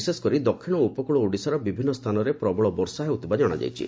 ବିଶେଷକରି ଦକ୍ଷିଣ ଓ ଉପକ୍ଳ ଓଡ଼ିଶାର ବିଭିନ୍ନ ସ୍ଥାନରେ ପ୍ରବଳ ବର୍ଷା ହେଉଥିବା ଜଶାପଡ଼ିଛି